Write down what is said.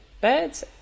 birds